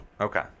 Okay